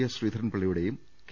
S Sreedharan പിള്ളയുടെയും K